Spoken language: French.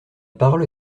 parole